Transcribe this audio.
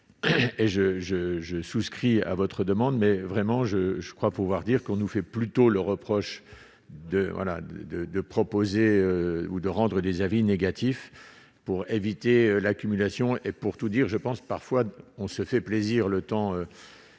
je je souscris à votre demande, mais vraiment je je crois pouvoir dire qu'on nous fait plutôt le reproche de voilà de de proposer ou de rendre des avis négatifs pour éviter l'accumulation et pour tout dire je pense parfois, on se fait plaisir, le temps